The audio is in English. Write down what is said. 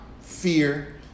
fear